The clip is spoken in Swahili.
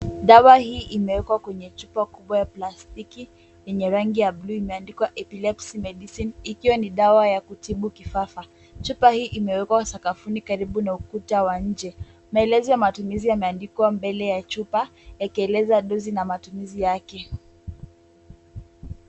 Dawa hii imewekwa kwenye chupa kubwa ya plastiki yenye rangi ya buluu. Imeandikwa epilepsy medicine ikiwa ni dawa ya kutibu kifafa. Chupa hii imewekwa sakafuni karibu na ukuta wa nje. Maelezo ya matumizi yameandikwa mbele ya chupa yakieleza dozi na matumizi yake.